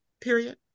period